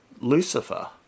Lucifer